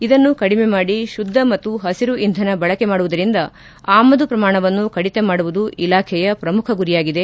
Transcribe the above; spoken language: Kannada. ಇದನ್ನು ಕಡಿಮೆ ಮಾಡಿ ಶುದ್ದ ಮತ್ತು ಹಸಿರು ಇಂಧನ ಬಳಕೆ ಮಾಡುವುದರಿಂದ ಆಮದು ಪ್ರಮಾಣವನ್ನು ಕಡಿತ ಮಾಡುವುದು ಇಲಾಖೆಯ ಪ್ರಮುಖ ಗುರಿಯಾಗಿದೆ